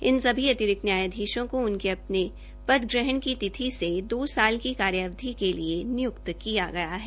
इन सभी अतिरिक्त न्यायाधीषों को उनके अपने पद ग्रहण की तिथि से दो साल की कार्य अवधि के लिए नियुक्त किया गया है